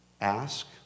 Ask